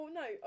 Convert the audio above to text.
no